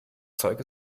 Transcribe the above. zeug